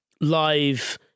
live